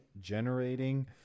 generating